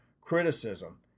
criticism